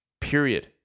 Period